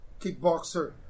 Kickboxer